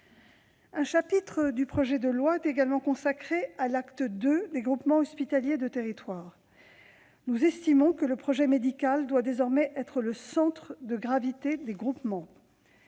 Un chapitre du projet de loi est également consacré à l'acte II des groupements hospitaliers de territoire. Nous estimons que le projet médical doit désormais être le centre de gravité de ces groupements.